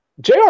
Jr